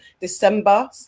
December